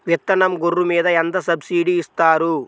విత్తనం గొర్రు మీద ఎంత సబ్సిడీ ఇస్తారు?